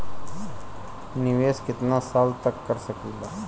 निवेश कितना साल तक कर सकीला?